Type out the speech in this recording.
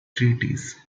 treatise